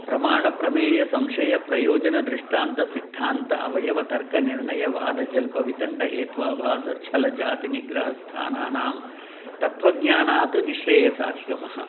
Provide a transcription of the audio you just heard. प्रमाणप्रमेयसंशयप्रयोजनदृष्टान्तसिद्धान्त अवयवतर्कनिर्णयवादजल्पवितण्डहेत्वाभासच्छलजातिनिग्रहस्थानानां तत्वज्ञानात् निश्रेयसाधिगमः